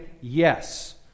yes